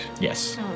Yes